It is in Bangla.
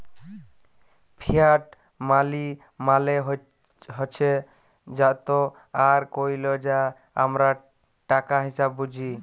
ফিয়াট মালি মালে হছে যত আর কইল যা আমরা টাকা হিসাঁবে বুঝি